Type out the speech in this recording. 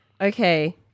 Okay